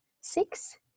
six